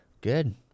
Good